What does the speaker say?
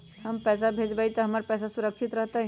हम पैसा भेजबई तो हमर पैसा सुरक्षित रहतई?